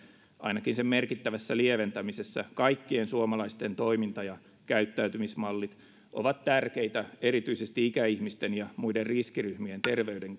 ainakin sen merkittävässä lieventämisessä kaikkien suomalaisten toiminta ja käyttäytymismallit ovat tärkeitä erityisesti ikäihmisten ja muiden riskiryhmien terveyden